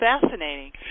fascinating